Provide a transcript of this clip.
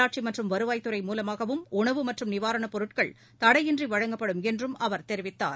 உள்ளாட்சி மற்றும் வருவாய்த்துறை மூலமாகவும் உணவு மற்றும் நிவாரண பொருட்கள் தடையின்றி வழங்கப்படும் என்றும் அவர் தெரிவித்தார்